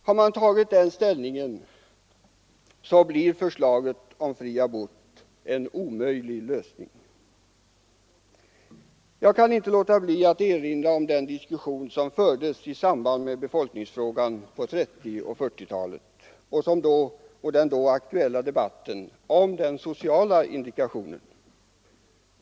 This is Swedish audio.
Har man tagit den ställningen så blir förslaget om fri abort en omöjlig lösning. Jag kan inte låta bli att erinra om den diskussion som fördes i samband med befolkningsfrågan på 1930 och 1940-talen och den då aktuella debatten om den sociala indikationen.